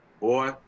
Boy